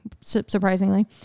surprisingly